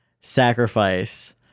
sacrifice